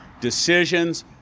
decisions